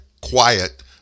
quiet